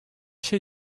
şey